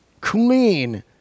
Clean